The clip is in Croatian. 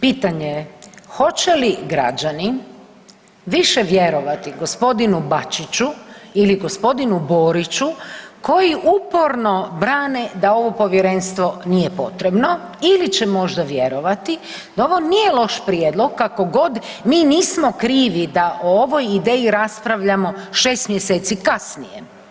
pitanje je hoće li građani više vjerovati gospodinu Bačiću ili gospodinu Boriću koji uporno brane da ovo povjerenstvo nije potrebno ili će možda vjerovati da ovo nije loš prijedlog kako god mi nismo krivi da ovo ide i raspravljamo 6 mjeseci kasnije.